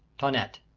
toinette!